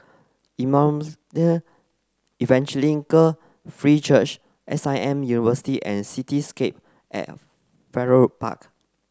Emmanuel Evangelical Free Church S I M University and Cityscape at Farrer Park